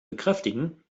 bekräftigen